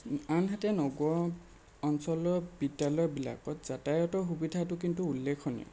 আনহাতে নগৰ অঞ্চলৰ বিদ্যালয়বিলাকত যাতায়াতৰ সুবিধাটো কিন্তু উল্লেখনীয়